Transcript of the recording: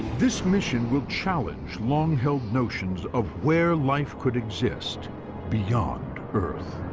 this mission will challenge long held notions of where life could exist beyond earth.